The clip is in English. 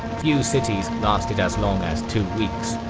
few cities lasted as long as two weeks,